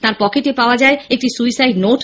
তাঁর পকেটে পাওয়া যায় একটি সুইসাইড নোট